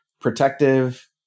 protective